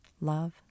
Love